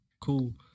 cool